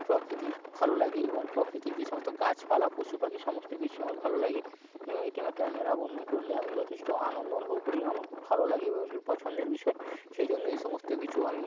প্রকৃতি ভালো লাগে এবং প্রকৃতির যে সমস্ত গাছপালা পশু পাখি সমস্ত কিছুই আমার ভালো লাগে এবং এটি আমার ক্যামেরাবন্দি করলে আমি যথেষ্ট আনন্দ অনুভব করি এবং আমার খুব ভালো লাগে এবং একটু পছন্দের বিষয় সেই জন্য এই সমস্ত কিছু আমি